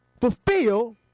fulfill